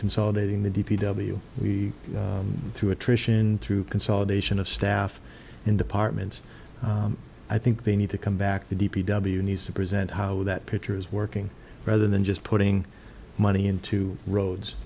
consolidating the d p w we through attrition through consolidation of staff in departments i think they need to come back to d p w needs to present how that picture is working rather than just putting money into roads